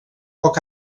poc